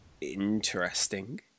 interesting